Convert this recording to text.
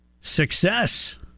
Success